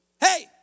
hey